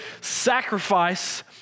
sacrifice